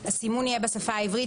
הסימון יהיה בשפה העברית,